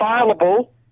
available